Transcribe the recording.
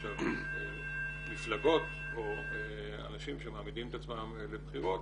עכשיו, מפלגות או אנשים שמעמידים את עצמם לבחירות